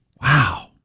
Wow